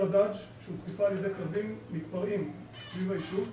הדאג' שהותקפה על ידי כלבים מתפרעים סביב הישוב.